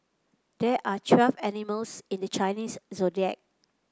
there are twelve animals in the Chinese Zodiac